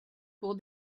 pour